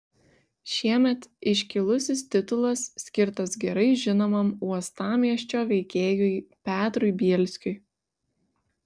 šiemet iškilusis titulas skirtas gerai žinomam uostamiesčio veikėjui petrui bielskiui